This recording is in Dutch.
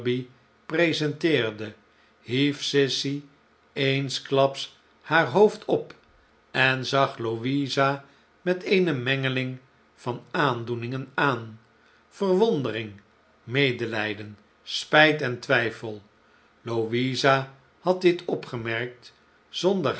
presenteerde hief sissy eensklaps haar hoofd op en zag louisa met eene mengeling van aandoeningen aan verwondering medelijden spijt en twijfel louisa had dit opgemerkt zonder